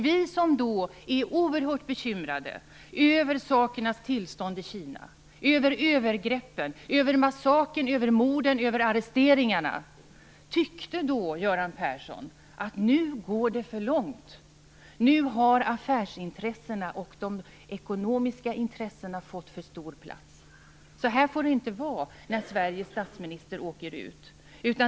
Vi som är oerhört bekymrade över sakernas tillstånd i Kina, över övergreppen, över massakern, över morden och över arresteringarna tyckte då, Göran Persson: Nu går det för långt. Nu har affärsintressena och de ekonomiska intressena fått för stor plats. Så får det inte vara när Sveriges statsminister åker ut.